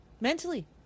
mentally